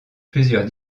plusieurs